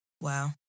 Wow